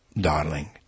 darling